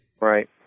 Right